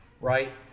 right